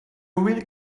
really